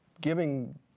Giving